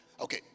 Okay